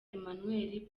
emmanuel